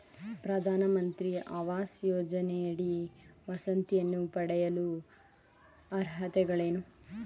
ಪ್ರಧಾನಮಂತ್ರಿ ಆವಾಸ್ ಯೋಜನೆಯಡಿ ವಸತಿಯನ್ನು ಪಡೆಯಲು ಅರ್ಹತೆಗಳೇನು?